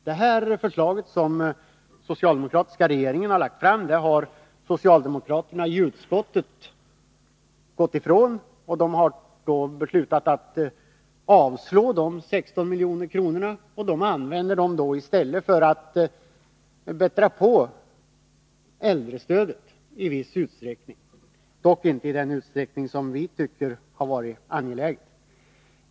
Det här förslaget, som den socialdemokratiska regeringen har lagt fram, har socialdemokraterna i utskottet gått ifrån och beslutat att avstyrka förslaget om 16 miljoner till beredskapslagringen. I stället vill man använda dessa för att bättra på äldrestödet i viss utsträckning — dock inte i den utsträckning som vi tycker hade varit angeläget.